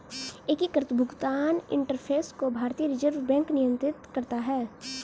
एकीकृत भुगतान इंटरफ़ेस को भारतीय रिजर्व बैंक नियंत्रित करता है